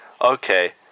okay